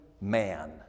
man